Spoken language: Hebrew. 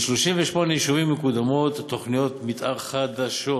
ל-38 יישובים מקודמות תוכניות מתאר חדשות,